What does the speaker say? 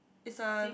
is a